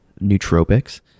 nootropics